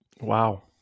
Wow